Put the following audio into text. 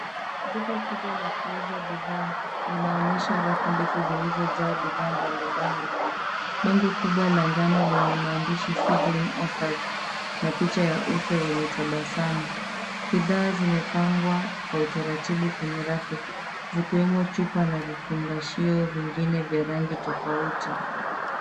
Duka kubwa la kuuza bidhaa linaonyesha rafu ndefu zilizojaa bidhaa mbalimbali , bango kubwa la janolenye maandish[i sizzling offers] na picha ya uso wenye tabasamu bidhaa zimepangwa kwa utaratibu kwenye rafu zikiwemo chupa na vifungashio vingine vya rangi tofauti.